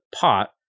pot